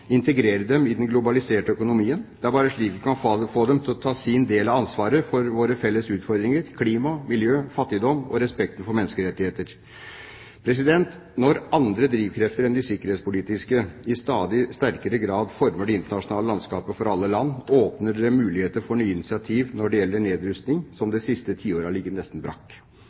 integrere dem i den globaliserte økonomien. Det er bare slik vi kan få dem til å ta sin del av ansvaret for våre felles utfordringer: klima, miljø, fattigdom og respekten for menneskerettighetene. Når andre drivkrefter enn de sikkerhetspolitiske i stadig sterkere grad former det internasjonale landskapet for alle land, åpner det muligheter for nye initiativ når det gjelder nedrustning, som det siste tiåret har ligget nesten brakk.